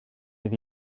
fydd